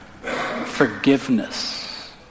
Forgiveness